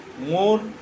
more